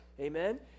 Amen